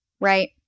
Right